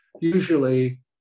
Usually